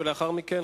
ולאחר מכן,